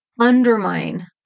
undermine